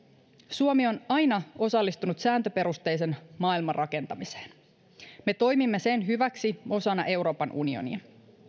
suomi on aina osallistunut sääntöperusteisen maailman rakentamiseen me toimimme sen hyväksi osana euroopan unionia